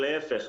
להיפך,